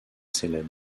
célèbres